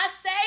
say